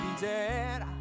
dead